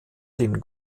den